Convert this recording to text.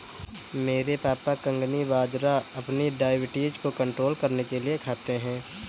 मेरे पापा कंगनी बाजरा अपनी डायबिटीज को कंट्रोल करने के लिए खाते हैं